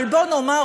אבל בוא נאמר,